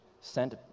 sent